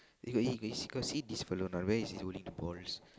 you got you got see got see this fella or not where is his holding the balls